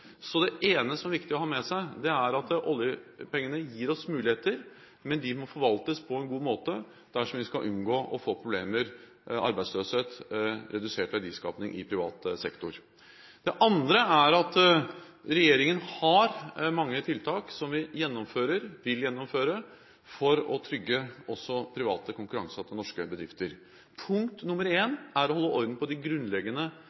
Så det ene som det er viktig å ha med seg, er at oljepengene gir oss muligheter, men de må forvaltes på en god måte dersom vi skal unngå å få problemer – arbeidsløshet og redusert verdiskaping – i privat sektor. Det andre er at regjeringen har mange tiltak som vi gjennomfører – og vil gjennomføre – for å trygge private, konkurranseutsatte norske bedrifter. Punkt